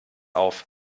auf